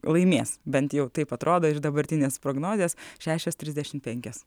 laimės bent jau taip atrodo iš dabartinės prognozės šešios trisdešimt penkios